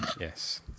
Yes